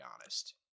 honest